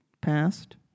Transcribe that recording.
passed